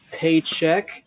paycheck